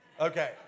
Okay